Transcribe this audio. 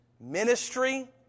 ministry